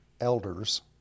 elders